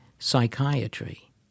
psychiatry